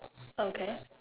okay